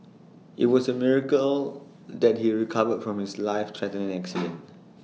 IT was A miracle that he recovered from his life threatening accident